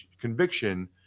conviction